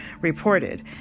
reported